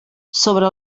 sobre